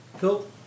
Cool